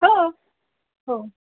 हो हो